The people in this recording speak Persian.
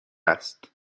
است